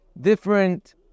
different